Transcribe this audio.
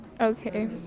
okay